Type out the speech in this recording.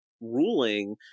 ruling